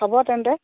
হ'ব তেন্তে